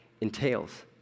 entails